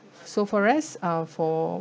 so for us uh for